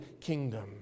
kingdom